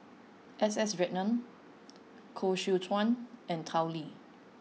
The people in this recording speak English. S S Ratnam Koh Seow Chuan and Tao Li